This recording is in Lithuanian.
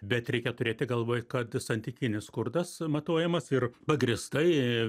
bet reikia turėti galvoje kad santykinis skurdas matuojamas ir pagrįstai